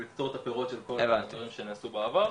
לקצור את הפירות של כל הדברים שנעשו בעבר.